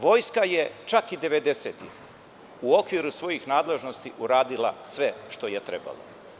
Vojska je čak i devedesetih u okviru svojih nadležnosti uradila sve što je trebalo.